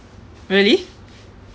really